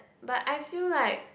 but I feel like